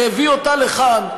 והביא אותה לכאן,